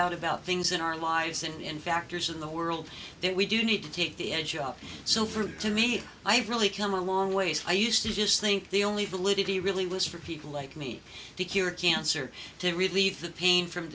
out about things in our lives and factors in the world that we do need to take the edge off so for to me i've really come a long ways i used to just think the only validity really was for people like me to cure cancer to relieve the pain from